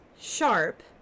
Sharp